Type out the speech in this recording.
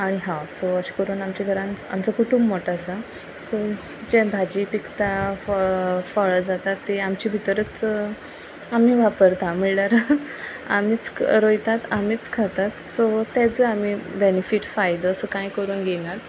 आनी हांव अशे करून आमच्या घरांत आमचो कुटुंब मोटो आसा सो जे भाजी पिकता फळ फळां जाता ते आमचे भितरच आमी वापरता म्हणल्यार आमीच रोयतात आमीच खातात सो तेजो आमी बेनिफीट फायदो असो कांय करूंक घेनात